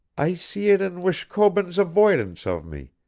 i see it in wishkobun's avoidance of me,